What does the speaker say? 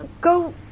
Go